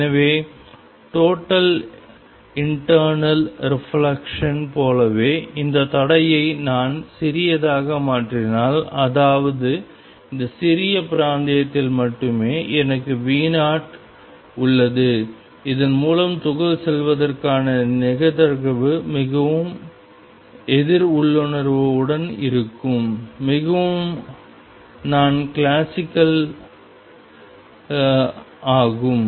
எனவே total internal reflection போலவே இந்த தடையை நான் சிறியதாக மாற்றினால் அதாவது இந்த சிறிய பிராந்தியத்தில் மட்டுமே எனக்கு V0 உள்ளது இதன் மூலம் துகள் செல்வதற்கான நிகழ்தகவு மிகவும் எதிர் உள்ளுணர்வு உடன் இருக்கும் மிகவும் நான் கிளாசிக்கல் ஆகும்